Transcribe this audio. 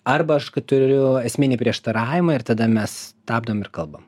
arba aš turiu esminį prieštaravimą ir tada mes stabdom ir kalbam